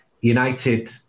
United